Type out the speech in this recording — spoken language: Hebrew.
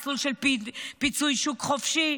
מסלול של פיצוי שוק חופשי,